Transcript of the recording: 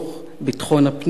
ביטחון הפנים,